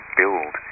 build